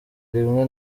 rimwe